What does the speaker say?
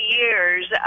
years